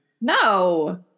No